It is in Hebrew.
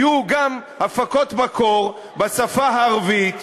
יהיו גם הפקות מקור בשפה הערבית,